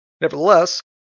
Nevertheless